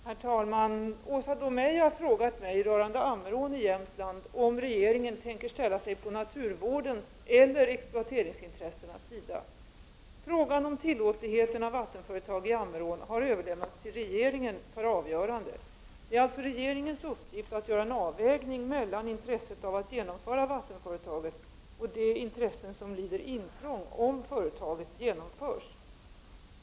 Herr talman! Åsa Domeij har frågat mig rörande Ammerån i Jämtland om regeringen tänker ställa sig på naturvårdens eller exploateringsintressenas sida. Frågan om tillåtligheten av vattenföretag i Ammerån har överlämnats till regeringen för avgörande. Det är alltså regeringens uppgift att göra en avvägning mellan intresset av att genomföra vattenföretaget och de intressen som lider intrång om företaget genomförs.